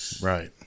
Right